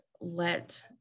let